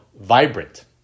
Vibrant